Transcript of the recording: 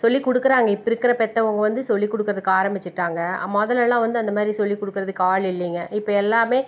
சொல்லிக் கொடுக்குறாங்க இப்போ இருக்கிற பெற்றவங்க வந்து சொல்லி கொடுக்கிறதுக்கு ஆரம்பிச்சிட்டாங்க முதலலாம் வந்து அந்தமாதிரி சொல்லி கொடுக்கிறதுக்கு ஆள் இல்லைங்க இப்போ எல்லாமே